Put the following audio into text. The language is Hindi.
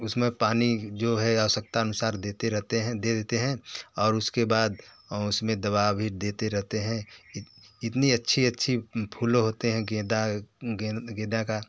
उस में पानी जो है आवश्यकता अनुसार देते रहते हैं दे देते हैं और उसके बाद हम उस में दवा भी देते रहते हैं इतनी अच्छी अच्छी फूलों होते हैं गेंदा गेदे का